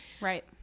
Right